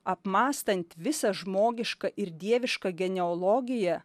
apmąstant visą žmogišką ir dievišką genealogiją